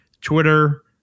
Twitter